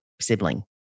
sibling